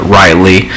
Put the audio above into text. rightly